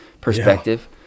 perspective